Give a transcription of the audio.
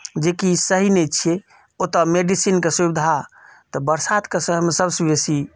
जेकि सही नहि छियै ओतय मेडिसीन के सुविधा तऽ बरसात के समय मे सबसँ बेसी